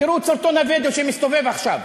תראו את סרטון הווידיאו שמסתובב עכשיו.